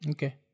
Okay